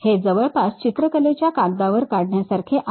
हे जवळपास चित्रकलेच्या कागदावर काढण्यासारखे आहे